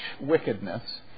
wickedness